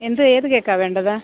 എന്ത് ഏതു കേക്കാണ് വേണ്ടത്